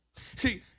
See